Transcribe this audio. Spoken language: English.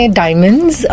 diamonds